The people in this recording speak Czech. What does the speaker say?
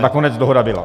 Nakonec dohoda byla.